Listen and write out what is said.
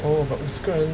oh but 五十个人